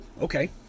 okay